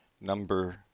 number